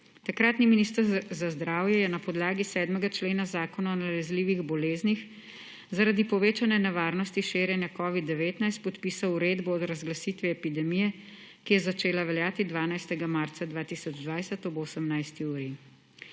Takratni minister za zdravje je na podlagi 7. člena Zakona o nalezljivih boleznih zaradi povečane nevarnosti širjenja covida-19 podpisal uredbo o razglasiti epidemije, kje začela veljati 12. marca 2020 ob 18. uri.